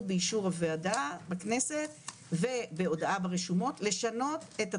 באישור הוועדה בכנסת ובהודעה ברשומות לשנות את התוספות,